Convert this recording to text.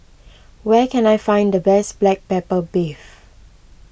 where can I find the best Black Pepper Beef